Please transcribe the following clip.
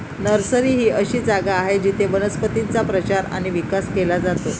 nursery ही अशी जागा आहे जिथे वनस्पतींचा प्रचार आणि विकास केला जातो